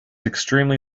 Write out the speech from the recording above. extremely